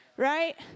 Right